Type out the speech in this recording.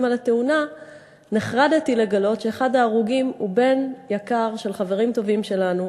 על התאונה נחרדתי לגלות שאחד ההרוגים הוא בן יקר של חברים טובים שלנו,